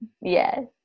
Yes